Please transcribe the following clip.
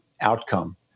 outcome